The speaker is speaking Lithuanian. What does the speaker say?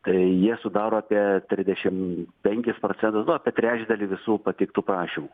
tai jie sudaro apie trisdešim penkis procentus nu apie trečdalį visų pateiktų prašymų